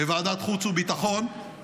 בוועדת חוץ וביטחון,